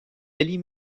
allie